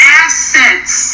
assets